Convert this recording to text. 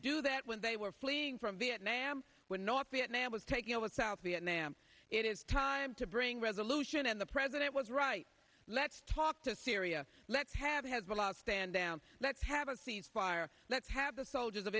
do that when they were fleeing from viet nam we're not viet nam was taking over south viet nam it is time to bring resolution and the president was right let's talk to syria let's have had a lot of stand down let's have a ceasefire let's have the soldiers of